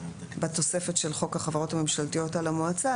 בתוספת של חוק החברות הממשלתיות על המועצה,